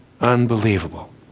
Unbelievable